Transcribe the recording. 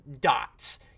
dots